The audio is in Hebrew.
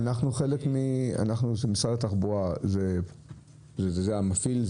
משרד התחבורה זה המפעיל,